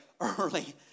early